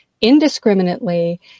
indiscriminately